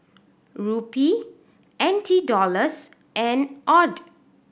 Rupee N T Dollars and AUD